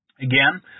Again